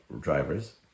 drivers